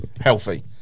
healthy